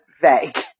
vague